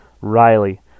Riley